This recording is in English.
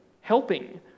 helping